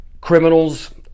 criminals